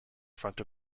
front